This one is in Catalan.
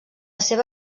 seva